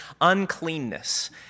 uncleanness